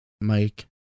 Mike